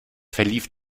verlief